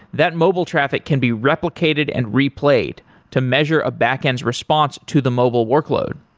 that mobile traffic can be replicated and replayed to measure a backend's response to the mobile workload.